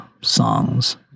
songs